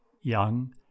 young